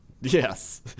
Yes